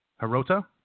Hirota